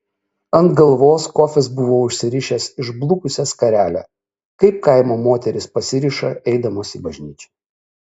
ant galvos kofis buvo užsirišęs išblukusią skarelę kaip kaimo moterys pasiriša eidamos į bažnyčią